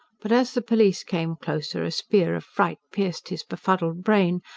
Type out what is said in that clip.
but, as the police came closer, a spear of fright pierced his befuddled brain,